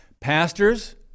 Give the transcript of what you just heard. Pastors